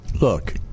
look –